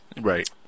Right